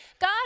God